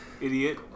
idiot